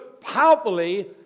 powerfully